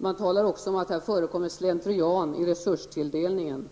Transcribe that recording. Det talas också om att det förekommer slentrian i fråga om resurstilldelningen.